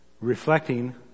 reflecting